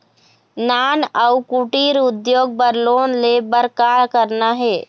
नान अउ कुटीर उद्योग बर लोन ले बर का करना हे?